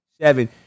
seven